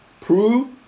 Prove